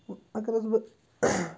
وۄنۍ اگر حظ بہٕ